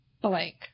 blank